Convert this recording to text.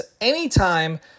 anytime